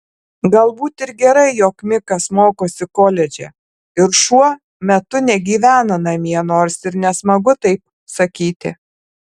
galbūt ir gerai jog mikas mokosi koledže ir šuo metu negyvena namie nors ir nesmagu taip sakyti